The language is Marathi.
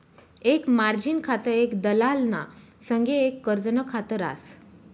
एक मार्जिन खातं एक दलालना संगे एक कर्जनं खात रास